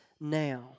now